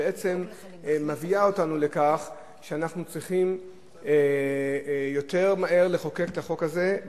בעצם מביאים אותנו לכך שאנחנו צריכים יותר מהר לחוקק את החוק הזה.